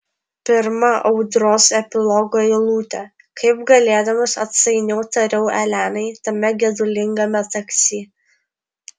pirma audros epilogo eilutė kaip galėdamas atsainiau tariau elenai tame gedulingame taksi